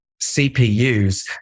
CPUs